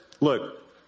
look